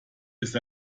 ist